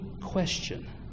question